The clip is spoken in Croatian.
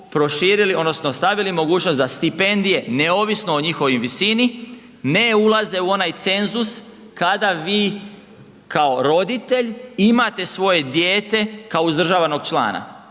proširili odnosno stavili mogućnost da stipendije neovisno o njihovoj visini ne ulaze u onaj cenzus kada vi kao roditelj imate svoje dijete kao uzdržavanog člana.